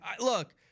look